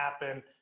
happen